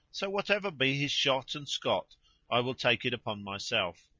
so whatever be his shot and scot i will take it upon myself.